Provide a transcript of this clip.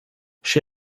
she